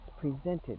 presented